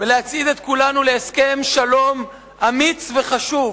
ולהצעיד את כולנו להסכם שלום אמיץ וחשוב.